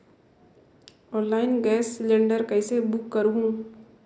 Online gas cylinder कइसे book करहु?